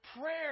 prayer